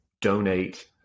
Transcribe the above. donate